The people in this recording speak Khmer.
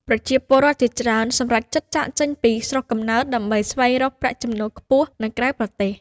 ប្រជាពលរដ្ឋជាច្រើនសម្រេចចិត្តចាកចេញពីស្រុកកំណើតដើម្បីស្វែងរកប្រាក់ចំណូលខ្ពស់នៅក្រៅប្រទេស។